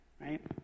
Right